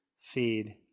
feed